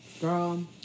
Girl